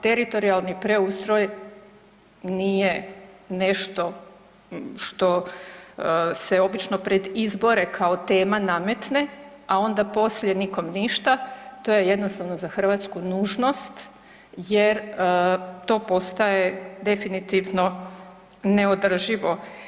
Teritorijalni preustroj nije nešto što se obično pred izbore kao tema nametne, a ona poslije nikom ništa, to je jednostavno za Hrvatsku nužnost jer to postaje definitivno neodrživo.